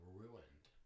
ruined